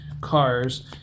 cars